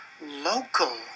local